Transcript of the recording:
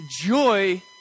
Joy